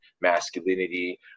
masculinity